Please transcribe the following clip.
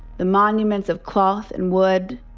the monuments of cloth and wood,